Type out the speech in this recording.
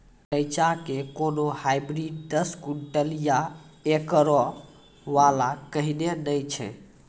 रेचा के कोनो हाइब्रिड दस क्विंटल या एकरऽ वाला कहिने नैय छै?